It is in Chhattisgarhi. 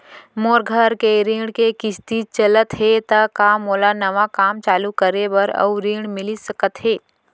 मोर घर के ऋण के किसती चलत हे ता का मोला नवा काम चालू करे बर अऊ ऋण मिलिस सकत हे?